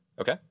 Okay